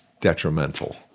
detrimental